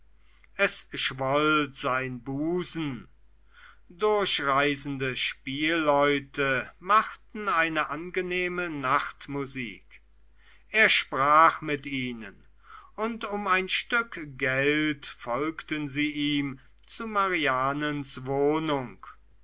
es schwoll sein busen durchreisende spielleute machten eine angenehme nachtmusik er sprach mit ihnen und um ein stück geld folgten sie ihm zu marianens wohnung